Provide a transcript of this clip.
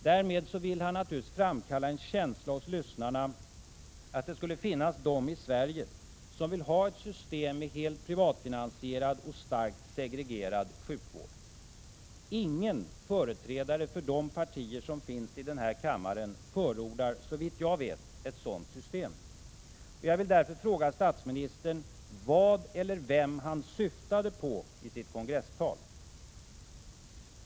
Därmed vill han naturligtvis framkalla en känsla hos lyssnarna att det skulle finnas de i Sverige som vill ha ett system med helt privatfinansierad och starkt segregerad sjukvård. Ingen företrädare för de partier som finns här i kammaren förordar såvitt jag vet ett sådant system. Jag vill därför fråga statsministern: Vad eller vem syftade han på i sitt kongresstal?